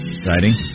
Exciting